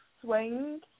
swing